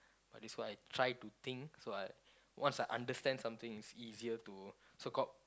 but this one I try to think so I once I understand something it's easier to so called